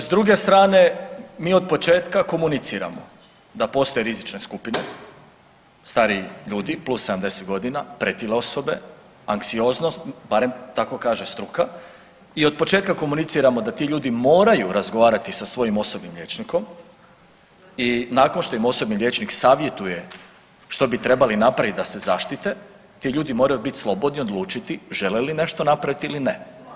S druge strane mi od početka komuniciramo da postoje rizične skupine, stariji ljudi plus 70 godina, pretile osobe, anksioznost barem tako kaže struka i od početka komuniciramo da ti ljudi moraju razgovarati sa svojim osobnim liječnikom i nakon što im osobni liječnik savjetuje što bi trebali napraviti da se zaštite ti ljudi moraju biti slobodni odlučiti žele li nešto napraviti ili ne.